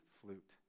flute